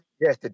Yes